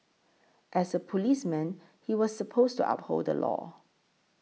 as a policeman he was supposed to uphold the law